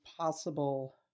possible